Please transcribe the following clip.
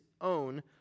own